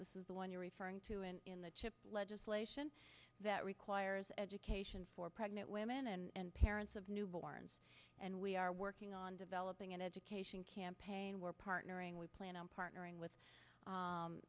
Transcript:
this is the one you're referring to and in the chip legislation that requires education for pregnant women and parents of newborns and we are working on developing an education campaign we're partnering we plan on partnering with